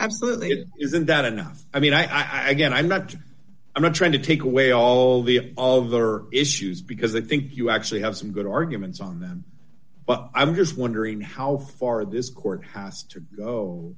absolutely it isn't that enough i mean i guess i'm not i'm not trying to take away all the of the other issues because i think you actually have some good arguments on them but i'm just wondering how far this court house